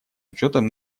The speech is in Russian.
учетом